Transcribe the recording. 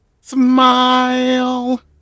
smile